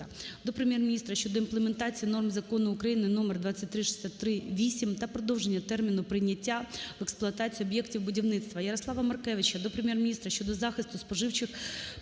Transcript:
до Прем'єр-міністра щодо імплементації норм Закону України № 2363-VIII та продовження терміну прийняття в експлуатацію об'єктів будівництва. Ярослава Маркевича до Прем'єр-міністра щодо захисту споживчих прав